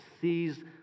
sees